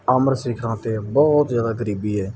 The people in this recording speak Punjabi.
ਅਮਰ ਸਿਖਰਾਂ 'ਤੇ ਬਹੁਤ ਜ਼ਿਆਦਾ ਗਰੀਬੀ ਹੈ